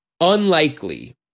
unlikely